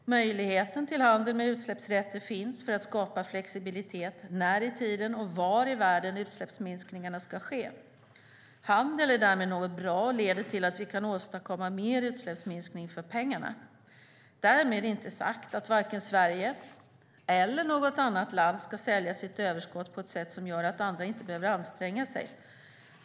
Möjligheten till handel med utsläppsrätter finns för att skapa flexibilitet gällande när i tiden och var i världen utsläppsminskningarna ska ske. Handel är därmed något bra och leder till att vi kan åstadkomma mer utsläppsminskning för pengarna. Därmed inte sagt att Sverige eller något annat land ska sälja sitt överskott på ett sätt som gör att andra inte behöver anstränga sig.